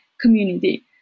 community